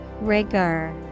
Rigor